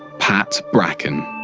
pat bracken.